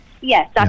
Yes